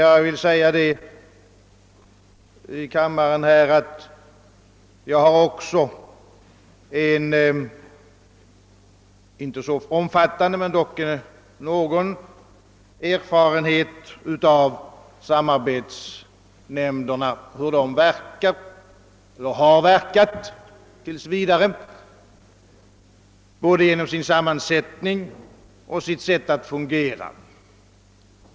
Jag har emellertid själv någon, om än inte så omfattande, erfarenhet av hur samarbetsnämnderna har verkat och tills vidare verkar både genom sin sammansättning och genom sitt sätt att fungera.